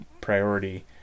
priority